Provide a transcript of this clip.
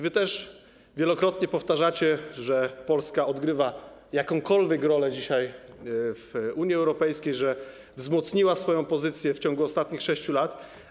Wy też wielokrotnie powtarzacie, że Polska odgrywa dzisiaj jakąkolwiek rolę w Unii Europejskiej, że wzmocniła swoją pozycję w ciągu ostatnich 6 lat.